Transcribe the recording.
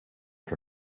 for